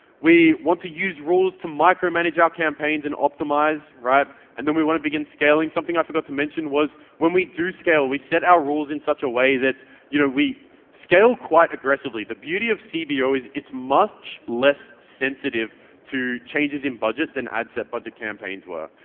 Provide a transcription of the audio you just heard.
we want to use rules to micro-manage our ah campaigns and optimise. and then we want to begin scaling. something i forgot to mention, was when we do scale, we set our rules in such a way that you know we scale quite aggressively. the beauty of cbo is it's much less sensitive to changes in budget than ad set budget campaigns were.